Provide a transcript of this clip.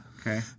Okay